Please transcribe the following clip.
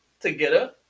Together